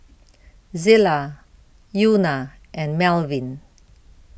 Zillah Euna and Melvin